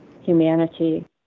humanity